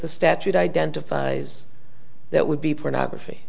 the statute identifies that would be pornography